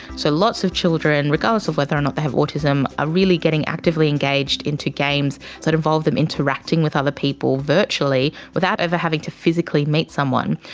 so lots of children, regardless of whether or not they have autism, are really getting actively engaged into games that involve them interacting with other people virtually without ever having to physically meet someone.